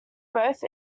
both